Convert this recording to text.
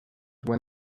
when